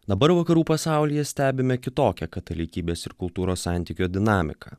dabar vakarų pasaulyje stebime kitokią katalikybės ir kultūros santykio dinamiką